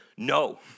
No